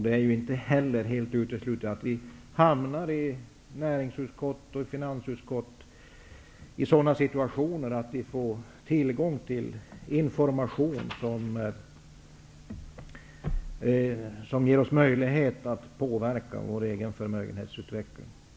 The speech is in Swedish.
Det är heller inte uteslutet att ledamöter av näringsutskottet eller finansutskottet hamnar i situationer där det finns tillgång till information som ger ledamöterna möjligheter att påverka den egna förmögenhetsutvecklingen.